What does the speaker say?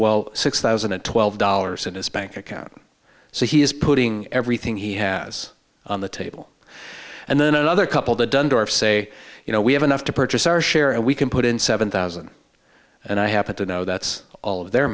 twelve six thousand and twelve dollars in his bank account so he is putting everything he has on the table and then another couple the dunder of say you know we have enough to purchase our share and we can put in seven thousand and i happen to know that's all of their